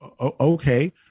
okay